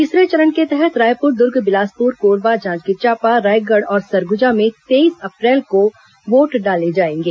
तीसरे चरण के तहत रायपुर दुर्ग बिलासपुर कोरबा जांजगीर चांपा रायगढ़ और सरगुजा में तेईस अप्रैल को वोट डाले जाएंगे